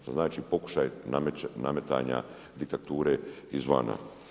Što znači pokušaj nametanja diktature izvana.